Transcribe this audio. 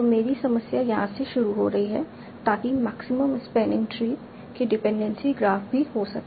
तो मेरी समस्या यहाँ से शुरू हो रही है ताकि मैक्सिमम स्पैनिंग ट्री ही डिपेंडेंसी ग्राफ भी हो सके